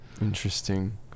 interesting